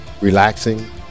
relaxing